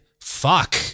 fuck